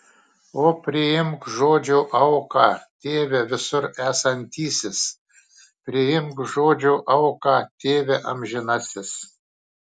o priimk žodžio auką tėve visur esantysis priimk žodžio auką tėve amžinasis